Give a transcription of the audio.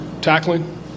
tackling